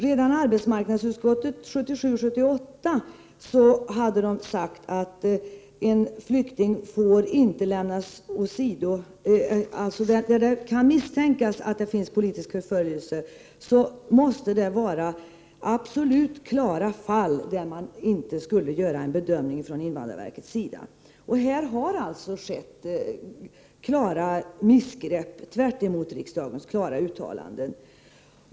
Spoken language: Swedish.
Redan 1977/78 anförde arbetsmarknadsutskottet att en flykting inte får lämnas åsido när det kan misstänkas att denne kan utsättas för politisk förföljelse. Det måste vara absolut klara fall när man inte skall göra en bedömning från invandrarverkets sida. Här har alltså skett missgrepp, tvärtemot riksdagens klara uttalanden.